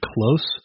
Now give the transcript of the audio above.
close